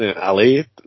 Ali